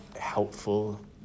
helpful